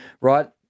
right